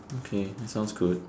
okay that sounds good